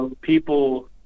People